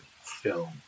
film